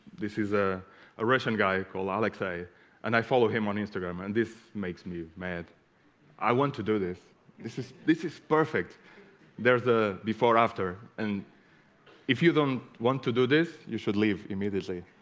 this is ah a russian guy called alexei and i follow him on instagram and this makes me mad i want to do this this is this is perfect there's a before after and if you don't want to do this you should leave immediately